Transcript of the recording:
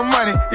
money